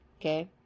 okay